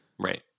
right